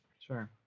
sure